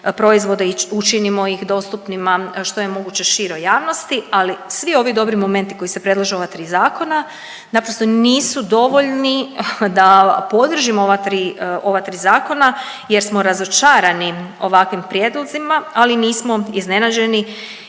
proizvode i učinimo ih dostupnima što je moguće široj javnosti, ali svi ovi dobri momenti koji se predlažu u ova tri zakona naprosto nisu dovoljni da podržimo ova tri, ova tri zakona jer smo razočarani ovakvim prijedlozima, ali nismo iznenađeni